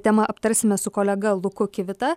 temą aptarsime su kolega luku kivita